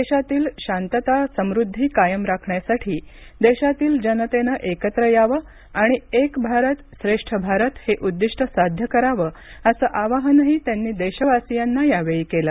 देशातील शांतता समृद्धी कायम राखण्यासाठी देशातील जनतेनं एकत्र यावं आणि एक भारत श्रेष्ठ भारताचं उद्दिष्ट साध्य करावं असं आवाहन त्यांनी देशवासीयांना यावेळी केलं